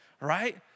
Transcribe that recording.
right